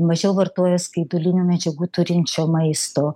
mažiau vartoja skaidulinių medžiagų turinčio maisto